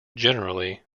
generally